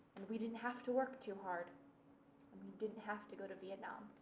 and we didn't have to work too hard. and we didn't have to go to vietnam.